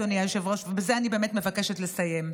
ובזה אני באמת מבקשת לסיים,